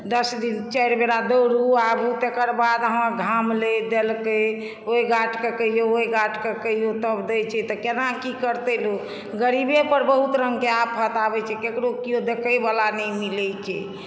दस दिन चारि बेरा दौड़ू आबू तकर बाद अहाँ घामलय देलकै ओहि गार्ड के कहियौ ओहि गार्ड के कहियौ तब दै छै तऽ केना की करतै लोक गरीबे पर बहुत रंग के आफ़त आबै छै केकरो केओ देखै वला नहि मिलै छै